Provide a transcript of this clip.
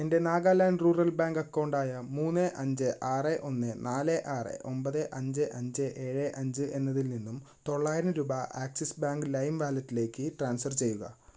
എൻ്റെ Nagaland rural bank അക്കൗണ്ടായ മൂന്ന് അഞ്ച് ആറ് ഒന്ന് നാല് ആറ് ഒമ്പത് അഞ്ച് അഞ്ച് ഏഴ് അഞ്ച് എന്നതിൽ നിന്നും തൊള്ളായിരം രൂപ ആക്സിസ് ബാങ്ക് ലൈം വാലറ്റിലേക്ക് ട്രാൻസ്ഫർ ചെയ്യുക